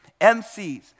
MCs